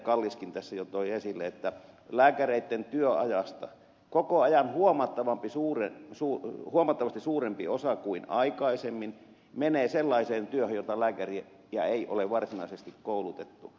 kalliskin tässä jo toi esille että lääkäreitten työajasta koko ajan huomattavasti suurempi osa kuin aikaisemmin menee sellaiseen työhön johon lääkäriä ei ole varsinaisesti koulutettu